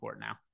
now